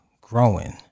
growing